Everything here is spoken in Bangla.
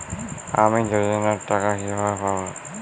আমি যোজনার টাকা কিভাবে পাবো?